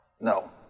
No